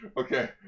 okay